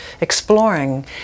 exploring